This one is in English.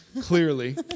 clearly